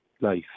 life